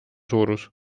suurus